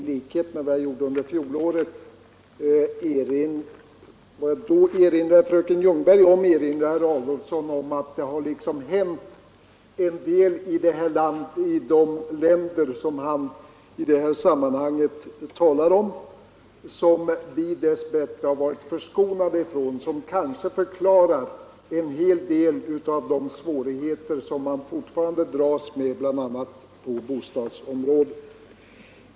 Liksom jag i fjol gjorde beträffande fröken Ljungberg skall jag nu erinra herr Adolfsson om att det i de länder som han i detta sammanhang talar om har hänt en del, som vi dess bättre varit förskonade från och som kanske förklarar vissa av de svårigheter som man där fortfarande dras med bl.a. på bostadsområdet.